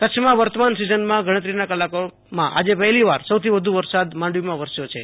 કચ્છમાં વર્તમાન સીઝનમાં ગણતરીના કલાકોમાં આજે પહેલીવાર સૌથી વધુ વસ્સાદ માંડવીમાં વરસ્યો છે